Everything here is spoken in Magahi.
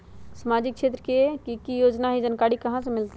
सामाजिक क्षेत्र मे कि की योजना है जानकारी कहाँ से मिलतै?